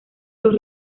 los